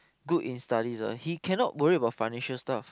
good in studies ah he cannot worry about financial stuff